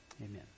amen